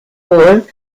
pole